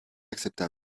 acceptable